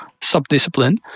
subdiscipline